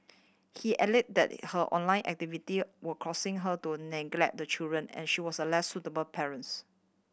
he alleged that her online activity were causing her to neglect the children and she was a less suitable parents